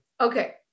okay